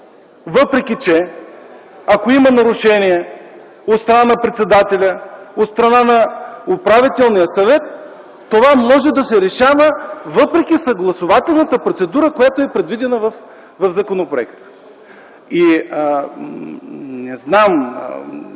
въпреки че, ако има нарушения от страна на председателя, от страна на Управителния съвет, това може да се решава, въпреки съгласувателната процедура, която е предвидена в законопроекта. Не знам,